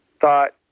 thought